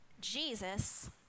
Jesus